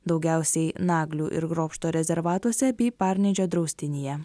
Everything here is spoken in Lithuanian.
daugiausiai naglių ir grobšto rezervatuose bei parnidžio draustinyje